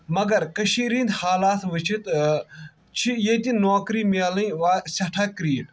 مگر کٔشیٖر ہٕنٛدۍ حالات ؤچھِتھ چھِ ییٚتہِ نوکری میلٕنۍ وار سٮ۪ٹھاہ کریٖٹھ